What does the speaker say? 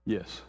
Yes